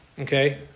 Okay